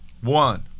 One